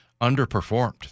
underperformed